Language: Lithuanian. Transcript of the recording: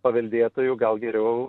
paveldėtojų gal geriau